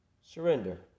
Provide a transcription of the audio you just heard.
surrender